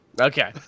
Okay